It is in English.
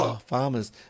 Farmers